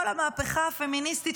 כל המהפכה הפמיניסטית,